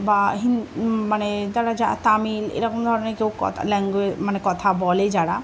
বা হিন মানে তারা যা তামিল এরকম ধরনের কেউ ল্যাঙ্গুয়েজ মানে কথা বলে যারা